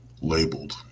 labeled